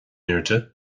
airde